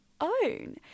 own